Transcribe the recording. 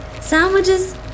sandwiches